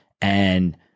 And-